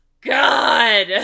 God